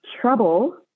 Trouble